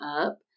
up